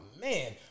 man